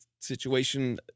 situation